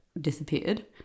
disappeared